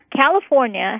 California